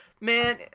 man